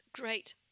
great